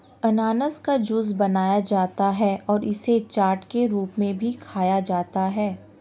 अनन्नास का जूस बनाया जाता है और इसे चाट के रूप में भी खाया जाता है